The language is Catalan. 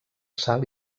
sal